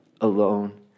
alone